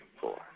four